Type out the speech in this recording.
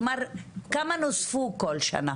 כלומר כמה מפוקחים נוספו כל שנה